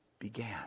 Began